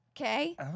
Okay